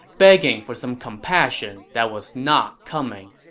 begging for some compassion that was not coming